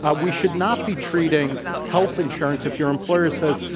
ah we should not be treating health insurance, if your employer says,